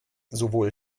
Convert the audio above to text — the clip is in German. sowohl